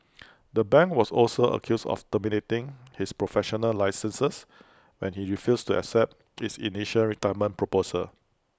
the bank was also accused of terminating his professional licenses when he refused to accept its initial retirement proposal